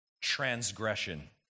Transgression